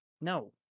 No